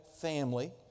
family